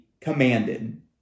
commanded